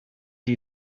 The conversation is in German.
die